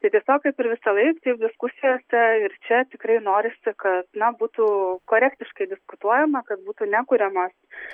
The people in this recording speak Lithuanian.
tai tiesiog kaip ir visąlaik taip diskusijose ir čia tikrai norisi kad na būtų korektiškai diskutuojama kad būtų nekuriamos